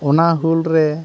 ᱚᱱᱟ ᱦᱩᱞᱨᱮ